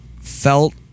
felt